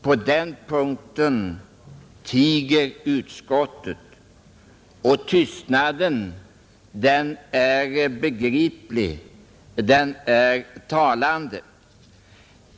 På den punkten tiger utskottet, och tystnaden är begriplig, den är talande.